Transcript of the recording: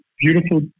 beautiful